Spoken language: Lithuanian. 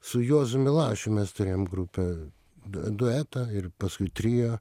su juozu milašium mes turėjom grupę d duetą ir paskui trio